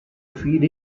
feed